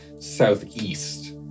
southeast